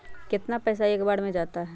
कितना पैसा एक बार में जाता है?